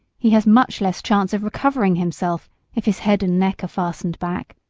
he has much less chance of recovering himself if his head and neck are fastened back.